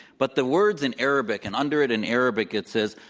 but the words in arabic and under it in arabic, it says,